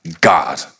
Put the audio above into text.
God